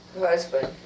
husband